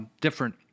different